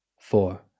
four